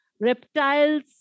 reptiles